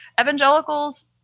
evangelicals